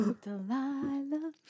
Delilah